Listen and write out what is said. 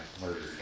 murdered